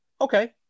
Okay